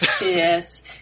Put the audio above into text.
Yes